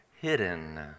hidden